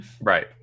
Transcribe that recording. Right